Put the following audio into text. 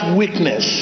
weakness